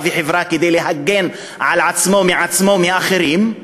וחברה כדי להגן על עצמו מעצמו ומאחרים,